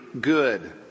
good